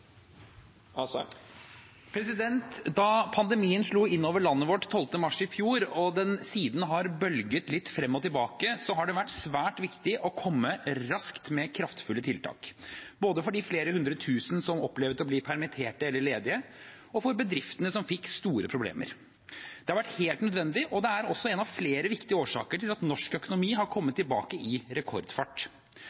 Pandemien slo inn over landet vårt den 12. mars i fjor. Siden den har bølget litt frem og tilbake har det vært svært viktig å komme raskt med kraftfulle tiltak – både for de flere hundre tusen som opplevde å bli permitterte eller ledige, og for bedriftene som fikk store problemer. Det har vært helt nødvendig, og det er også en av flere viktige årsaker til at norsk økonomi har